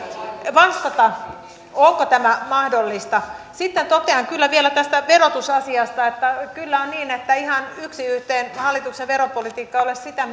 vastata onko tämä mahdollista sitten totean kyllä vielä tästä verotusasiasta että kyllä on niin että ihan yksi yhteen hallituksen veropolitiikka ei ole sitä